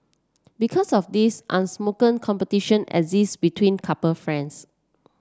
because of this unspoken competition exist between couple friends